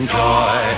joy